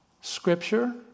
scripture